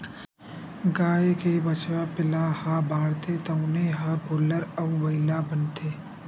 गाय के बछवा पिला ह बाढ़थे तउने ह गोल्लर अउ बइला बनथे